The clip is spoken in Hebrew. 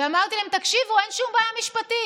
ואמרתי להם: אין שום בעיה משפטית,